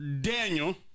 daniel